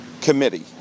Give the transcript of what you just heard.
committee